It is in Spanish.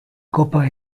copa